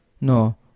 no